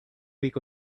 week